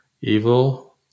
evil